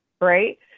right